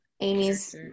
amy's